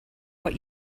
what